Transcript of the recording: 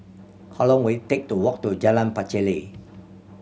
how long will it take to walk to Jalan Pacheli